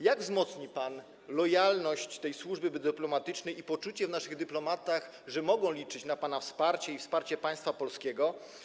Jak wzmocni pan lojalność tej służby dyplomatycznej i poczucie naszych dyplomatów, że mogą liczyć na pana wsparcie i wsparcie państwa polskiego?